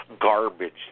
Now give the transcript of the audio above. garbage